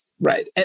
right